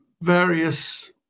various